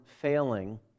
failing